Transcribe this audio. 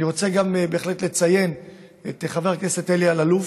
אני רוצה בהחלט לציין גם את חבר הכנסת אלי אלאלוף,